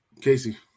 Casey